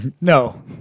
no